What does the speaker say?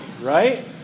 right